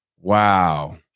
Wow